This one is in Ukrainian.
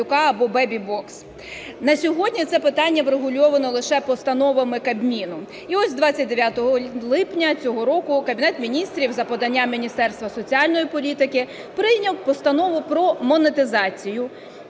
"бебі-бокс". На сьогодні це питання врегульовано лише постановами Кабміну. І ось 29 липня цього року Кабінет Міністрів за поданням Міністерства соціальної політики прийняв постанову про монетизацію,